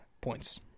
points